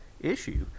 issue